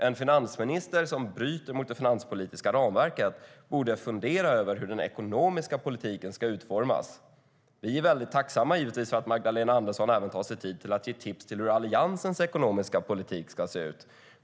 En finansminister som bryter mot det finanspolitiska ramverket borde fundera över hur den ekonomiska politiken ska utformas. Vi är givetvis väldigt tacksamma för att Magdalena Andersson tar sig tid att ge tips om hur Alliansens ekonomiska politik ska se ut.